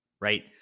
right